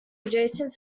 adjacent